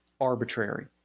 arbitrary